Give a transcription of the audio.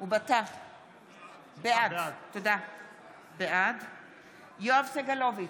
בעד יואב סגלוביץ'